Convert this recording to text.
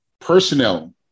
personnel